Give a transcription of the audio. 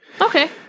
Okay